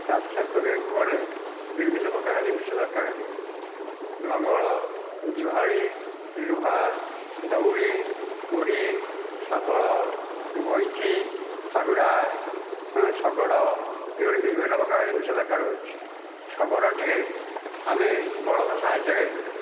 ଚାଷ କରିବାକୁ ଗଲେ ବିଭିନ୍ନ ପ୍ରକାର ଜିନିଷ ଦରକାର ହୁଏ ଲଙ୍ଗଳ ଜୁଆଳି ଲୁହା ଦଉଡ଼ି କୋଡ଼ି ଶାବଳ ଗଇନ୍ତି ଫାଉଡ଼ା ଶଗଡ଼ ଏହିଭଳି ବିଭିନ୍ନପ୍ରକାର ଜିନିଷ ଦରକାର ହେଉଛି ଶଗଡ଼ଟିରେ ଆମେ ବଳଦ ସାହାଯ୍ୟରେ